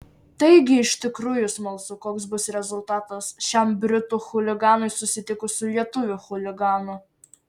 taigi iš tikrųjų smalsu koks bus rezultatas šiam britų chuliganui susitikus su lietuvių chuliganu